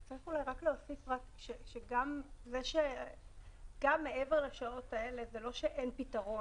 צריך אולי רק להוסיף שגם מעבר לשעות האלה זה לא שאין פתרון.